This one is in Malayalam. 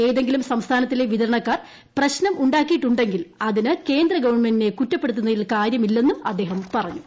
ഏതെങ്കിലും സംസ്ഥാനത്തിലെ വിതരണക്കാർ പ്രശ്നം ഉ ാക്കിയിട്ടു അതിന് കേന്ദ്രഗവണ്മെന്റിനെ കുറ്റപ്പെടുത്തുന്നതിൽ കാര്യമില്ലെന്നും അദ്ദേഹം പറഞ്ഞു